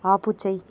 ఆపుచేయి